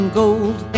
gold